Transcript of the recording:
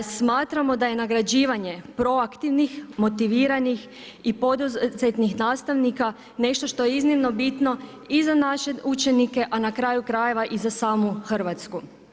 Smatramo da je nagrađivanje proaktivnih, motiviranih i poduzetnih nastavnika nešto što je iznimno bitno i za naše učenike, a na kraju krajeva i za samu Hrvatsku.